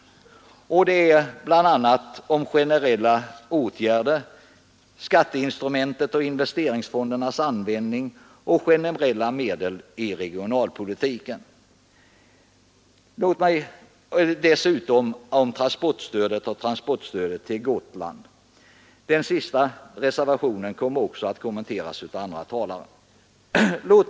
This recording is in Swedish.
De gäller bl.a. generella åtgärder — skatteinstrumentets och investeringsfondernas användning och generella medel i regionalpolitiken samt det regionalpolitiska transportstödet och transportstödet till Gotland. Den sistnämnda reservationen kommer oc att kommenteras av andra talare.